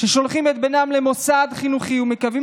ששולחים את בנם למוסד חינוכי ומקווים